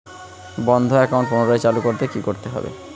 বন্ধ একাউন্ট পুনরায় চালু করতে কি করতে হবে?